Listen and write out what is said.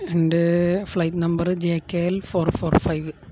എന്റെ flight number J K L four four five